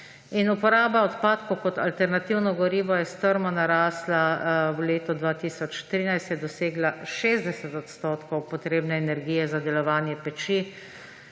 Uporaba odpadkov kot alternativno gorivo je strmo narasla, v letu 2013 je dosegla 60 % potrebne energije za delovanje peči,